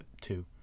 two